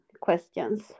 questions